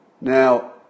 Now